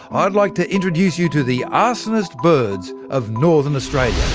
i'd like to introduce you to the arsonist birds of northern australia.